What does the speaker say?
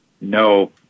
no